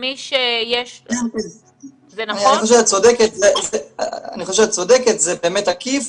אני חושב שאת צודקת, זה באמת עקיף.